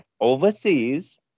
overseas